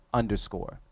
underscore